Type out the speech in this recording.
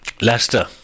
Leicester